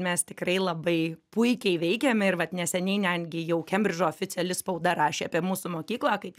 mes tikrai labai puikiai veikiame ir vat neseniai netgi jau kembridžo oficiali spauda rašė apie mūsų mokyklą kaip